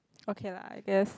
okay lah I guess